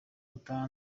gutaha